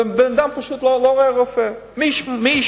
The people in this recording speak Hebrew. בן-אדם פשוט לא רואה רופא מ-14:00,